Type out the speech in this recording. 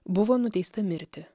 buvo nuteista mirti